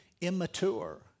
immature